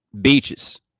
beaches